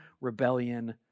rebellion